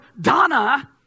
Donna